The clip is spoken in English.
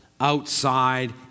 outside